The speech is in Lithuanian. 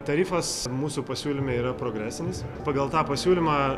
tarifas mūsų pasiūlyme yra progresinis pagal tą pasiūlymą